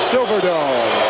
Silverdome